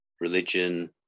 religion